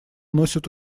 носят